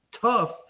tough